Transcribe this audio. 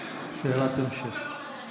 זה משנה את כל אורח החיים שלהם.